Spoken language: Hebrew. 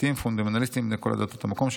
דתיים פונדמנטליסטים בני כל דתות המקום,